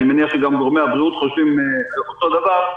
אני מניח שגם גורמי הבריאות חושבים אותו הדבר,